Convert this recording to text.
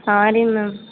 sorry ma'am